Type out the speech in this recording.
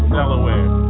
Delaware